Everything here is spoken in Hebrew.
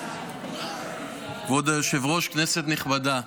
כבוד היושב-ראש, כנסת נכבדה.